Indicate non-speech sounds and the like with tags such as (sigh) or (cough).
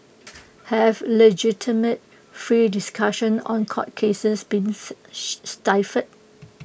have legitimate free discussions on court cases been (noise) stifled